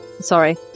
sorry